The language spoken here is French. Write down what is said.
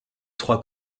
trois